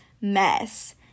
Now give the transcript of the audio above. mess